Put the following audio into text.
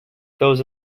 those